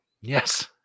Yes